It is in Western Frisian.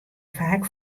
faak